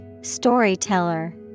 Storyteller